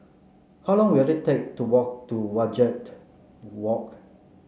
how long will it take to walk to Wajek Walk